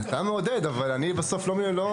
אתה מעודד, אבל בסוף זה לא קורה.